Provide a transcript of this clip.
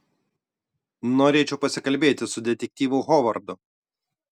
norėčiau pasikalbėti su detektyvu hovardu